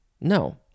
No